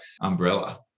umbrella